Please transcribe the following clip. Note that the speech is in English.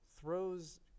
throws